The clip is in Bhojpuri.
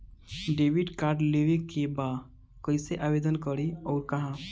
डेबिट कार्ड लेवे के बा कइसे आवेदन करी अउर कहाँ?